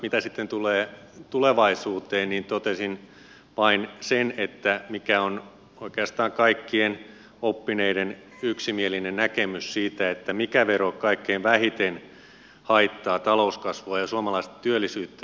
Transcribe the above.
mitä sitten tulee tulevaisuuteen niin totesin vain sen mikä on oikeastaan kaikkien oppineiden yksimielinen näkemys siitä mikä vero kaikkein vähiten haittaa talouskasvua ja suomalaista työllisyyttä